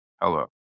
Hello